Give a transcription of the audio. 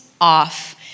off